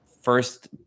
First